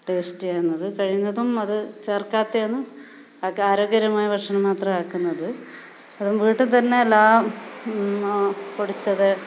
ടേസ്റ്റിയാകുന്നത് കഴിയുന്നതും അത് ചേർക്കാത്തതാണ് അത് ആരോഗ്യകരമായ ഭക്ഷണം മാത്രമാക്കുന്നത് അതും വീട്ടിൽ തന്നെ എല്ലാം പൊടിച്ചത്